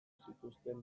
zituzten